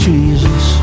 Jesus